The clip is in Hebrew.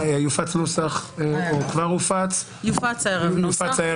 יופץ הערב נוסח,